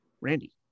Randy